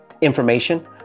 information